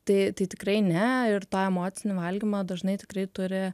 tai tai tikrai ne ir tą emocinį valgymą dažnai tikrai turi